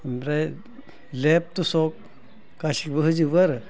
ओमफ्राय लेप थसक गासैबो होजोबो आरो